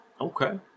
Okay